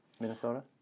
Minnesota